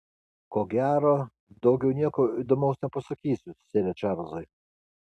ko gero daugiau nieko įdomaus nepasakysiu sere čarlzai